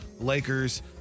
Lakers